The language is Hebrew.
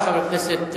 חבר הכנסת מיכאלי,